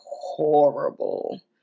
horrible